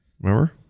Remember